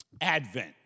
Advent